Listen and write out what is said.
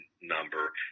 number